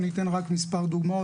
אני אתן רק מספר דוגמאות,